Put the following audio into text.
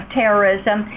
terrorism